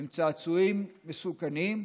הם צעצועים מסוכנים,